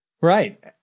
right